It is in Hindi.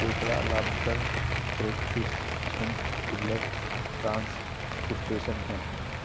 केकड़ा lobster crayfish shrimp krill prawns crustacean है